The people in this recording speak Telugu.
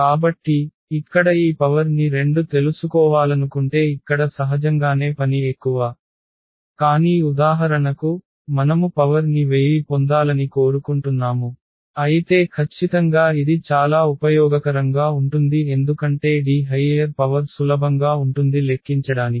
కాబట్టి ఇక్కడ ఈ పవర్ ని 2 తెలుసుకోవాలనుకుంటే ఇక్కడ సహజంగానే పని ఎక్కువ కానీ ఉదాహరణకు మనము పవర్ ని 1000 పొందాలని కోరుకుంటున్నాము అయితే ఖచ్చితంగా ఇది చాలా ఉపయోగకరంగా ఉంటుంది ఎందుకంటే D హైయ్యర్ పవర్ సులభంగా ఉంటుంది లెక్కించడానికి